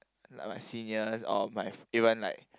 like my seniors or my even like